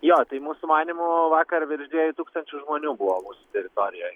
jo tai mūsų manymu vakar virš dviejų tūkstančių žmonių buvo mūsų teritorijoj